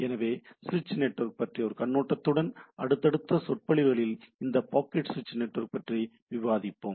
எனவே ஸ்விட்ச் நெட்வொர்க் பற்றிய ஒரு கண்ணோட்டத்துடன் அடுத்தடுத்த சொற்பொழிவுகளில் இந்த பாக்கெட் ஸ்விட்ச் நெட்வொர்க் பற்றி விவாதிப்போம்